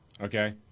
Okay